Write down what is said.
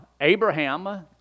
Abraham